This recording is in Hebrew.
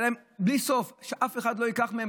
היה להם בלי סוף, שאף אחד לא ייקח מהם.